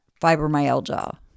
fibromyalgia